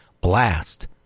blast